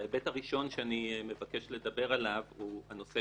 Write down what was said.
וההיבט הראשון שאני מבקש לדבר עליו הוא הנושא